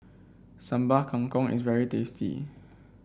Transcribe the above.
Sambal Kangkong is very tasty